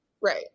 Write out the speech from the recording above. right